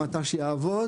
מתי שיעבוד,